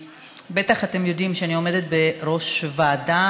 בטח אתם יודעים שאני עומדת בראש ועדה